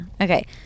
Okay